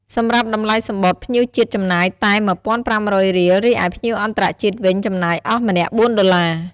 សម្រាប់តម្លៃសំបុត្រ ភ្ញៀវជាតិចំណាយតែ ១,៥០០ រៀលរីឯ ភ្ញៀវអន្តរជាតិវិញចំណាយអស់ម្នាក់៤ ដុល្លារ ។